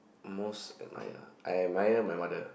most admired ah I admire my mother